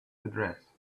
address